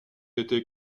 été